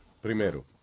primero